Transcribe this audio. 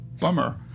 bummer